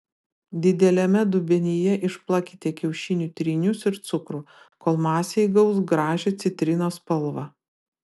dideliame dubenyje išplakite kiaušinių trynius ir cukrų kol masė įgaus gražią citrinos spalvą